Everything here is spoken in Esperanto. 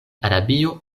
arabio